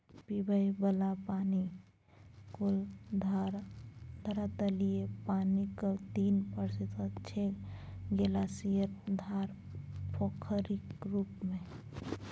पीबय बला पानि कुल धरातलीय पानिक तीन प्रतिशत छै ग्लासियर, धार, पोखरिक रुप मे